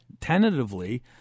tentatively